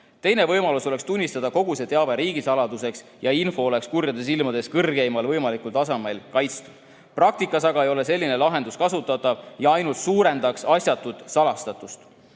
Teine võimalus oleks tunnistada kogu see teave riigisaladuseks ja info oleks kurjade silmade eest kõrgeimal võimalikul tasemel kaitstud. Praktikas aga ei ole selline lahendus kasutatav ja ainult suurendaks asjatut salastatust.